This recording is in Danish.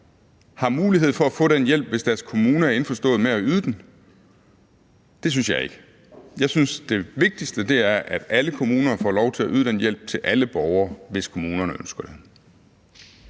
har mulighed for at få den hjælp, hvis deres kommune er indforstået med at yde den. Det synes jeg ikke. Jeg synes, det vigtigste er, at alle kommuner får lov til at yde den hjælp til alle borgere, hvis kommunerne ønsker det.